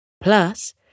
Plus